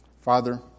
Father